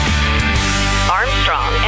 Armstrong